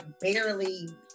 barely